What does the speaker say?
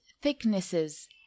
thicknesses